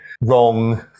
wrong